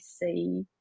see